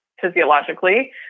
physiologically